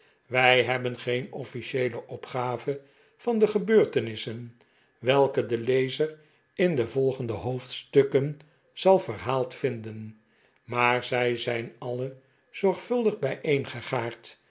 wij hebben geen officieele opgave van de gebeurtenissen welke de lezer in de volgende hoofdstukken zal verhaald vinden maar zij zijn alle